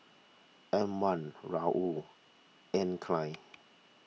M one Raoul Anne Klein